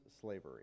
slavery